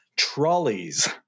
Trolleys